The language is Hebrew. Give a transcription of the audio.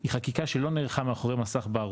היא חקיקה שלא נערכה מאחורי מסך בערות,